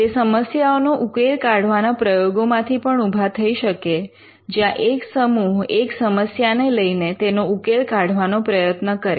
તે સમસ્યાઓનો ઉકેલ કાઢવાના પ્રયોગોમાંથી પણ ઉભા થઇ શકે જ્યાં એક સમૂહ એક સમસ્યાને લઈને તેનો ઉકેલ કાઢવાનો પ્રયત્ન કરે